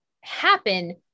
happen